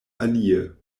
alie